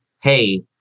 Hey